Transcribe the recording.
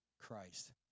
Christ